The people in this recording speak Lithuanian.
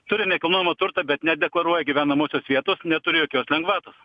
turi nekilnojamo turto bet nedeklaruoja gyvenamosios vietos neturi jokios lengvatos